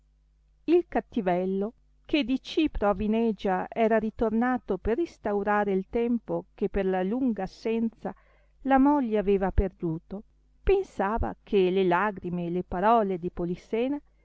il cattivello che di cipro a vinegia era ritornato per instaurare il tempo che per la sua lunga assenza la moglie aveva perduto pensava che le lagrime e le parole di polissena